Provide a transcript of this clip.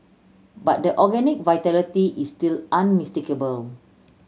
but the organic vitality is still unmistakable